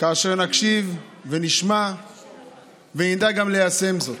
כאשר נקשיב ונשמע וגם נדע ליישם זאת.